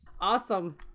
awesome